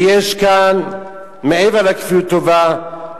ומעבר לכפיות טובה,